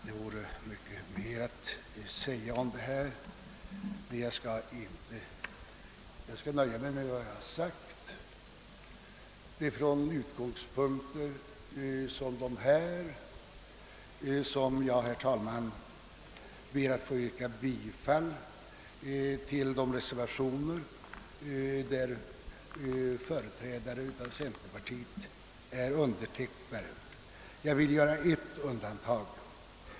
Det vore mycket mer att säga i denna fråga, men jag skall nöja mig med vad jag har sagt. Det är från utgångspunkter sådana som de här anförda som jag, herr talman, ber att få yrka bifall till de reservationer där företrädare för centerpartiet är under tecknare. Jag vill dock göra ett undantag.